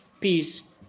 peace